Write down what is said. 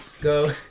go